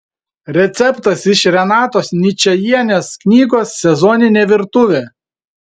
receptas iš renatos ničajienės knygos sezoninė virtuvė